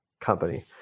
company